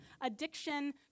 addiction